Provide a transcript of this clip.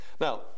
Now